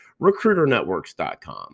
RecruiterNetworks.com